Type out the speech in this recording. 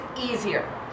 easier